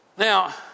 Now